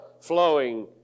flowing